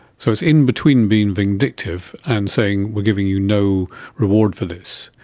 so it's in-between being vindictive and saying we're giving you no reward for this.